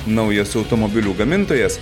naujas automobilių gamintojas